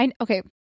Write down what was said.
Okay